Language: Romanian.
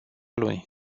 luni